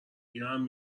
بیارم